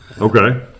Okay